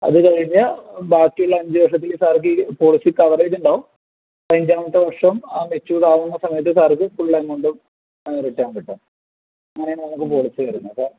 അതു കഴിഞ്ഞ് ബാക്കിയുള്ള അഞ്ചുവർഷത്തേക്ക് സാർക്ക് ഈ പോളിസി കവറേജ് ഉണ്ടാകും പതിനഞ്ചാമത്തെ വർഷം ആ മച്ചുവേർഡ് ആവുന്ന സമയത്ത് സാർക്ക് ഫുൾ എമൗണ്ടും റിട്ടേൺ കിട്ടും അങ്ങനെയാണ് നമുക്ക് പോളിസി വരുന്നത്